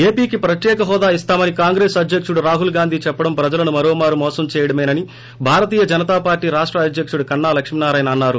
ఏపీకి ప్రత్యేకహోదా ఇస్తామని కాంగ్రెస్ అధ్యకుడు రాహుల్గాంధీ చెప్పడం ప్రజలను మరో మారు మోసం దేయడమేనని భారతీయ జనతా పార్టి రాష్ట అధ్యకుడు కన్నా లక్ష్మీనారాయణ అన్నారు